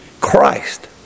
Christ